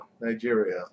Nigeria